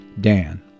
Dan